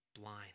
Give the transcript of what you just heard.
blind